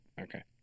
Okay